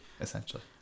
essentially